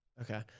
Okay